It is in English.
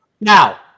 Now